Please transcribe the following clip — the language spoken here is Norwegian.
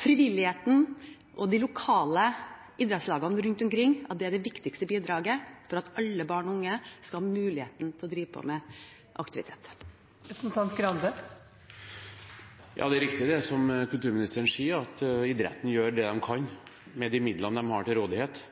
Frivilligheten og de lokale idrettslagene rundt omkring er det viktigste bidraget for at alle barn og unge skal ha mulighet til å drive med aktiviteter. Ja, det er riktig, det som kulturministeren sier, at idretten gjør det de kan, med de midlene de har til rådighet.